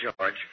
George